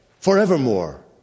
forevermore